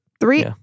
Three